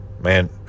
man